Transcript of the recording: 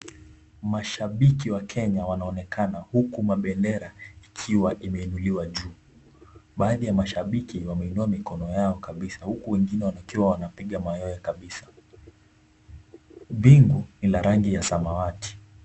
Mashabiki wa Kenya wanaonekana huku bendera ikiwa imeinuliwa juu. Baadhi ya mashabiki wameinua mikono yao kabisa huku wengine wakiwa wanapiga mayowe kabisa. Bingu ni ya rangi ya samawati.